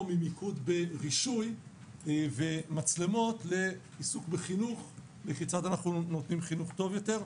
ממיקוד ברישוי ומצלמות לעיסוק בחינוך וכיצד אנחנו נותנים חינוך טוב יותר.